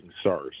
stars